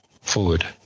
forward